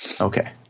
Okay